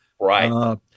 Right